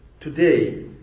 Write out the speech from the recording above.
Today